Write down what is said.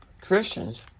Christians